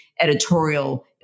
editorial